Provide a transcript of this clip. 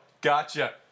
gotcha